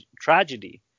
tragedy